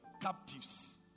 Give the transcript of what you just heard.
captives